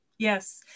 Yes